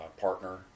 partner